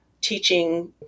teaching